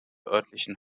örtlichen